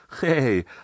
Hey